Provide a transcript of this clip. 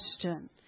question